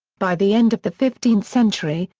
by the end of the fifteenth century,